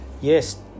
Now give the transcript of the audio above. Yes